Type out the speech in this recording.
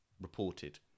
reported